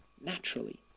naturally